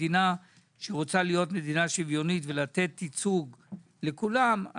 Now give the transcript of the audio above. מדינה שרוצה להיות מדינה שוויונית ולתת ייצוג לכולם,